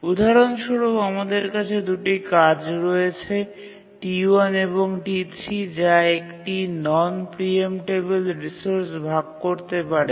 উদাহরণস্বরূপ আমাদের কাছে দুটি কাজ রয়েছে T1 এবং T3 যা একটি নন প্রিএম্পটেবিল রিসোর্স ভাগ করতে পারে